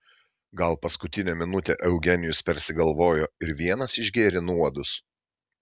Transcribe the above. gal paskutinę minutę eugenijus persigalvojo ir vienas išgėrė nuodus